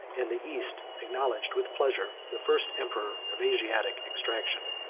and the east acknowledged with pleasure the first emperor of asiatic extraction.